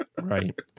Right